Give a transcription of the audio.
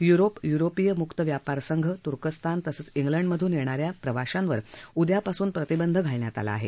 Europe युरोपीय मुक्त व्यापार संघ तुर्कस्तान तसंच उलंड मधून येणा या प्रवाशांवर उद्यापासून प्रतिबंध घालण्यात आला आहे